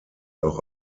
auch